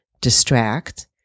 distract